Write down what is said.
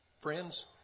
Friends